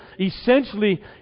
essentially